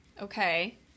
Okay